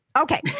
Okay